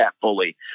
fully